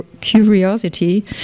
curiosity